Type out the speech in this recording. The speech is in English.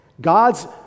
God's